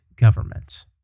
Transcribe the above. governments